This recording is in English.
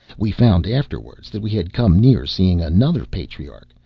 we found afterwards that we had come near seeing another patriarch,